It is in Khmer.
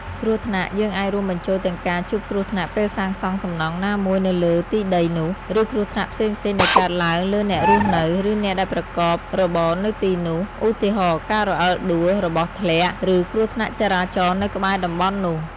គ្រោះថ្នាក់ យើងអាចរួមបញ្ចូលទាំងការជួបគ្រោះថ្នាក់ពេលសាងសង់សំណង់ណាមួយនៅលើទីដីនោះ ឬគ្រោះថ្នាក់ផ្សេងៗដែលកើតឡើងលើអ្នករស់នៅ ឬអ្នកដែលប្រកបរបរនៅទីនោះ។ ឧទាហរណ៍ ការរអិលដួល របស់ធ្លាក់ ឬគ្រោះថ្នាក់ចរាចរណ៍នៅក្បែរតំបន់នោះ។